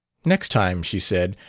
next time, she said,